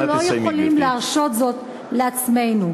אנחנו לא יכולים להרשות זאת לעצמנו.